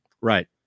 Right